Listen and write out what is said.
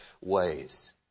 ways